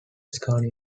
scania